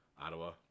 Ottawa